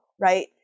right